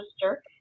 sister